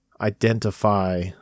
identify